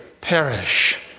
perish